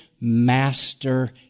master